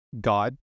God